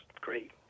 great